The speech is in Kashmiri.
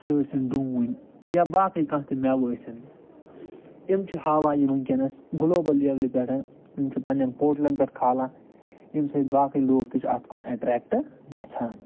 سُہ ٲسِن ڈوٗنۍ یا باقٕے کانٛہہ تہِ مٮ۪وٕ ٲسِن یِم چھِ ہاوان یہِ وٕنۍکٮ۪نَس گٕلوبَل لٮ۪ولہِ پٮ۪ٹھ یِم چھِ پَنٛنٮ۪ن پوٹلَن پٮ۪ٹھ کھالان ییٚمہِ سۭتۍ باقٕے لوٗکھ تہِ چھِ اَتھ کُن اٮ۪ٹرٮ۪کٹ گژھان